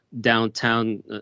downtown